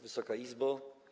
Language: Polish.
Wysoka Izbo!